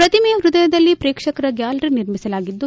ಪ್ರತಿಮೆಯ ಪ್ರದಯ ಭಾಗದಲ್ಲಿ ಪ್ರೇಕ್ಷಕರ ಗ್ಯಾಲರಿ ನಿರ್ಮಿಸಲಾಗಿದ್ದು